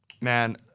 Man